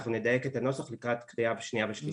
אנחנו נדייק את הנוסח לקראת קריאה שנייה ושלישית.